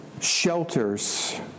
shelters